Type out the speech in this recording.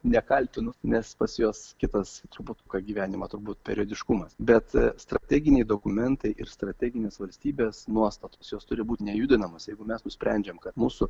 nekaltinu nes pas juos kitas truputuką gyvenimo turbūt periodiškumas bet strateginiai dokumentai ir strateginės valstybės nuostatos jos turi būti nejudinamos jeigu mes nusprendžiame kad mūsų